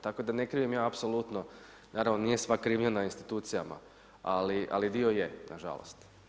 Tako da ne krivim ja apsolutno, naravno nije sva krivnja na institucijama, ali dio je, nažalost.